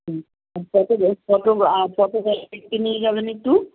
হুম কত কত কত দেখতে নিয়ে যাবেন একটু